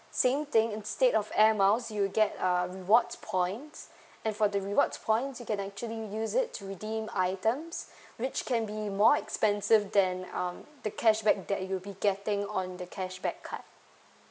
same thing instead of air miles you get uh rewards points and for the rewards points you can actually use it to redeem items which can be more expensive than um the cashback that you'll be getting on the cashback card